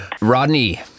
Rodney